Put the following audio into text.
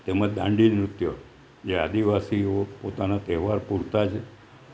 તેમજ દાંડી નૃત્યો જે આદિવાસીઓ પોતાના તહેવાર પૂરતાં જ